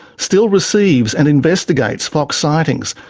still receives and investigates fox sightings,